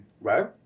right